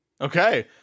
okay